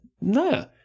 no